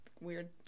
weird